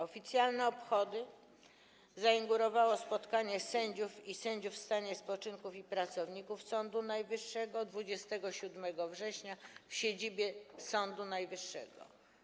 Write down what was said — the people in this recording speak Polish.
Oficjalne obchody zainaugurowało spotkanie sędziów, sędziów w stanie spoczynku i pracowników Sądu Najwyższego 27 września w siedzibie Sądu Najwyższego.